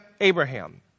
Abraham